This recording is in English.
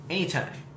Anytime